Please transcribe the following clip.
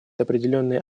определенные